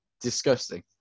disgusting